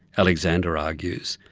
alexander argues,